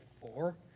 four